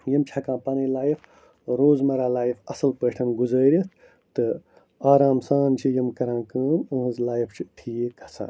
یِم چھِ ہٮ۪کان پنٕنۍ لایف روز مَرہ لایف اَصٕل پٲٹھۍ گُزٲرِتھ تہٕ آرام سان چھِ یِم کَران کٲم أہنٛز لایف چھِ ٹھیٖک گَژھان